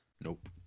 Nope